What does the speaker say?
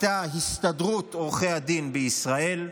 הייתה הסתדרות עורכי הדין בישראל,